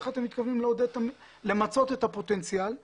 איך אתם מתכוונים למצות את הפוטנציאל?